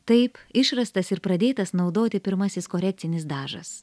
taip išrastas ir pradėtas naudoti pirmasis korekcinis dažas